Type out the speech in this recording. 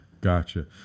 gotcha